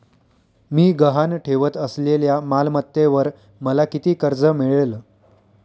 मी गहाण ठेवत असलेल्या मालमत्तेवर मला किती कर्ज मिळेल?